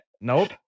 nope